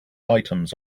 items